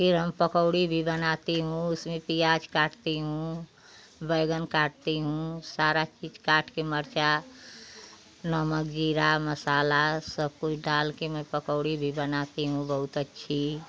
फिर हम पकौड़े भी बनाती हूँ उसमें प्याज़ काटती हूँ बैंगन काटती हूँ सारा कुछ काट के मिर्चा नमक ज़ीरा मसाला सब कुछ डाल के मैं पकोड़े भी बनाती हूँ बहुत अच्छी